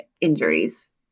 injuries